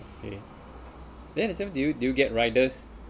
okay then instead do you do you get riders